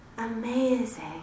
amazing